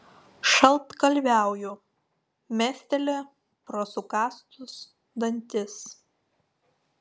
šaltkalviauju mesteli pro sukąstus dantis